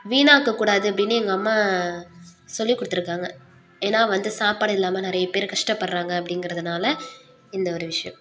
வீணாக்கக்கூடாது அப்படின்னு எங்கள் அம்மா சொல்லி கொடுத்துருக்காங்க ஏன்னா வந்து சாப்பாடு இல்லாமல் நிறைய பேர் கஷ்டப்படுறாங்க அப்படிங்குறதுனால இந்த ஒரு விஷ்யம்